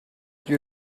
you